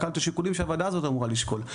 את השיקולים שהוועדה הזאת אמורה לשקול.